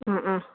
ꯑꯥ ꯑꯥ